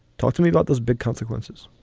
talk to me about those big consequences